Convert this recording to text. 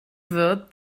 wird